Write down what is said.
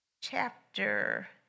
Chapter